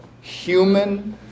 human